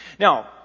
Now